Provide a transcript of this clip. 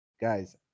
guys